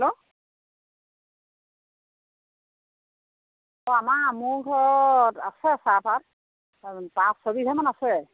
hello অ' আমাৰ মোৰ ঘৰত আছে চাহপাত পাঁচ ছয়বিঘামান আছে